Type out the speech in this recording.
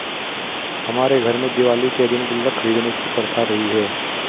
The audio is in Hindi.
हमारे घर में दिवाली के दिन गुल्लक खरीदने की प्रथा रही है